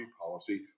policy